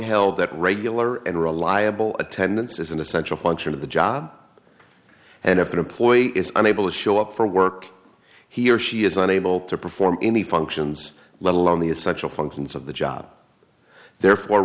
held that regular and reliable attendance is an essential function of the job and if an employee is unable to show up for work he or she is unable to perform any functions let alone the essential functions of the job therefore